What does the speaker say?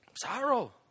Sorrow